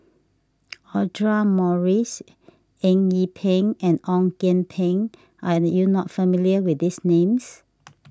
Audra Morrice Eng Yee Peng and Ong Kian Peng are you not familiar with these names